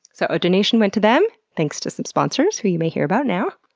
so, a donation went to them thanks to some sponsors, who you may hear about now.